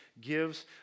gives